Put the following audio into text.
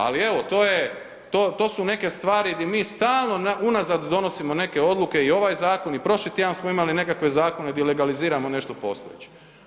Ali evo to je, to su neke stvari di mi stalno unazad donosimo neke odluke i ovaj zakon i prošli tjedan smo imali nekakve zakone di legaliziramo nešto postojeće.